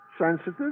Sensitive